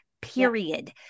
period